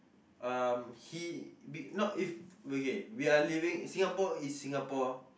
um he be not if okay we are living Singapore is Singapore